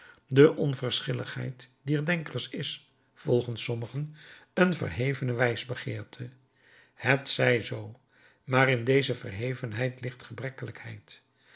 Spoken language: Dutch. de onverschilligheid dier denkers is volgens sommigen een verhevene wijsbegeerte het zij zoo maar in deze verhevenheid ligt gebrekkelijkheid